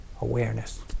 Awareness